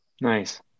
Nice